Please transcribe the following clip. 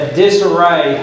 disarray